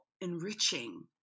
enriching